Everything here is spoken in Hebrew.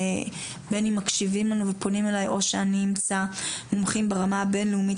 בין אם מקשיבים או פונים אליי או שאני אמצא מומחים ברמה הבינלאומית